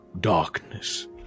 darkness